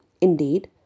Indeed